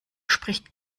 spricht